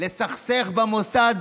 לסכסך במוסד